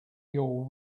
your